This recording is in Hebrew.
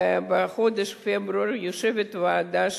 ובחודש פברואר יושבת ועדה,